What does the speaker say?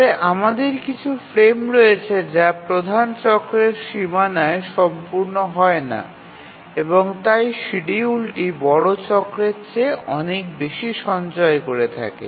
তবে আমাদের কিছু ফ্রেম রয়েছে যা প্রধান চক্রের সীমানায় সম্পূর্ণ হয় না এবং তাই শিডিউলটি বড় চক্রের চেয়ে অনেক বেশি সঞ্চয় করে থাকে